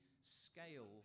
scale